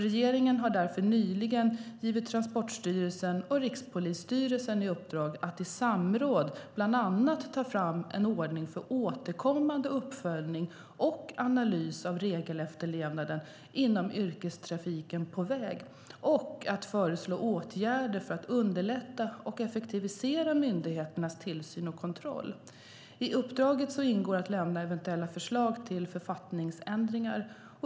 Regeringen har därför nyligen givit Transportstyrelsen och Rikspolisstyrelsen i uppdrag att i samråd bland annat ta fram en ordning för återkommande uppföljning och analys av regelefterlevnaden inom yrkestrafiken på väg och att föreslå åtgärder för att underlätta och effektivisera myndigheternas tillsyn och kontroll. I uppdraget ingår att lämna eventuella förslag till författningsändringar.